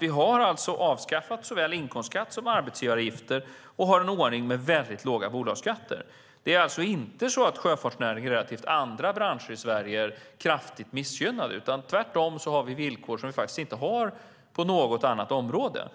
Vi har avskaffat så väl inkomstskatt som arbetsgivaravgifter och har en ordning med väldigt låga bolagsskatter. Det är alltså inte så att sjöfartsnäringen i relation till andra branscher i Sverige är kraftigt missgynnade, utan tvärtom har vi villkor där som vi faktiskt inte har på något annat område.